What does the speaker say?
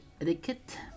etiquette